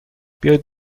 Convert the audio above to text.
بیایید